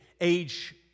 age